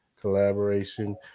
collaboration